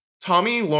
Tommy